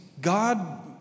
God